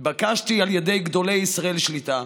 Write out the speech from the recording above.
התבקשתי על ידי גדולי ישראל שליט"א